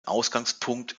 ausgangspunkt